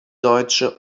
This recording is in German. deutsche